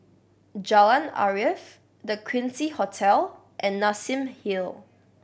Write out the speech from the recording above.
Jalan Arif The Quincy Hotel and Nassim Hill